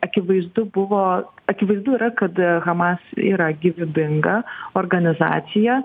akivaizdu buvo akivaizdu yra kad hamas yra gyvybinga organizacija